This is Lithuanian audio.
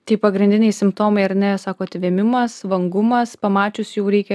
tai pagrindiniai simptomai ar ne sakot vėmimas vangumas pamačius jau reikia